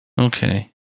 Okay